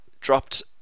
dropped